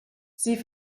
sie